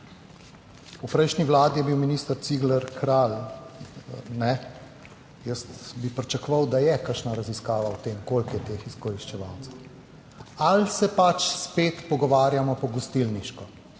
V prejšnji vladi je bil minister Cigler Kralj. Jaz bi pričakoval, da je kakšna raziskava o tem, koliko je teh izkoriščevalcev. Ali se pač spet pogovarjamo po gostilniško?